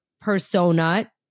persona